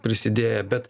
prisidėję bet